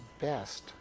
best